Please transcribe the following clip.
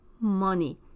money